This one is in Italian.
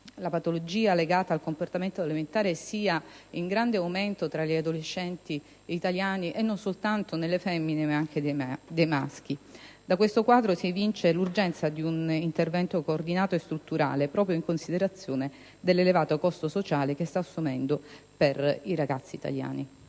la patologia legata al comportamento alimentare sia in grande aumento tra gli adolescenti italiani e non soltanto tra le femmine ma anche nei maschi. Da questo quadro si evince l'urgenza di un intervento coordinato e strutturale, proprio in considerazione dell'elevato costo sociale che il fenomeno sta assumendo per la popolazione italiana.